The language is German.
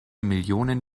millionen